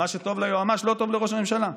מה שטוב ליועמ"ש לא טוב לראש הממשלה?